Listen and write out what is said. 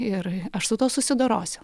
ir aš su tuo susidorosiu